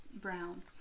brown